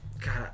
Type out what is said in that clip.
God